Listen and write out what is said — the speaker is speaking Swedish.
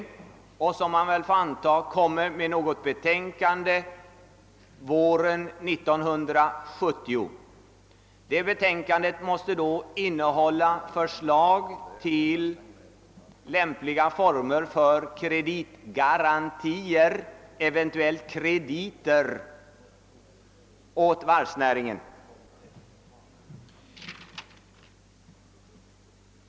Man vågar väl anta att utredningen kommer att lämna fram något betänkande till våren 1970. Det betänkandet måste då innehålla förslag till lämpliga former för kreditgarantier — eventuellt krediter åt varvsnäringen.